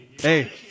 Hey